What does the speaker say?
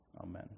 Amen